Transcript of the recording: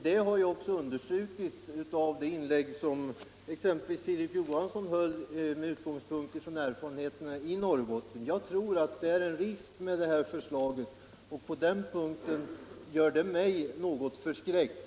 Detta underströk också herr Johansson i Holmgården med utgångspunkt i erfarenheterna från Norrbotten. Det finns där en risk med det förslaget, som gör mig något förskräckt.